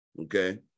Okay